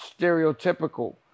stereotypical